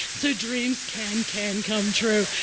so dreams can can come true.